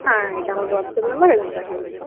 হ্যাঁ এটা আমার হোয়াটসঅ্যাপ নাম্বার এখানে পাঠিয়ে দিন তাহলে